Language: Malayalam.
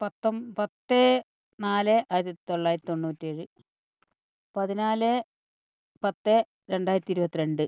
പത്തൊൻപത് നാല് ആയിരത്തിത്തൊള്ളായിരത്തി തൊണ്ണൂറ്റി ഏഴ് പതിനാല് പത്തേ രണ്ടായിരത്തി ഇരുപത്തിരണ്ട്